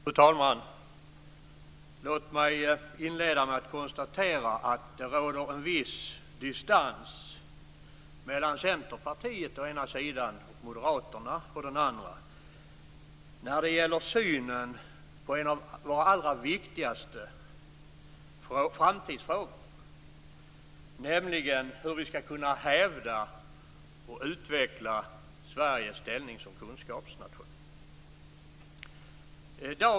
Fru talman! Låt mig inleda med att konstatera att det råder en viss distans mellan Centerpartiet å den ena sidan och Moderaterna å den andra i synen på en av våra allra viktigaste framtidsfrågor, nämligen hur vi skall kunna hävda och utveckla Sveriges ställning som kunskapsnation.